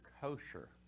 kosher